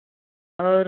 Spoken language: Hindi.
और